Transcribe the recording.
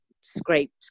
scraped